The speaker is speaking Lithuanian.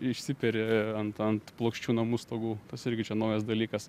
išsiperi ant ant plokščių namų stogų tas irgi čia naujas dalykas